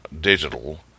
digital